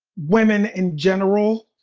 women in general.